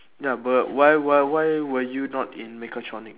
ya but why why why were you not in mechatronics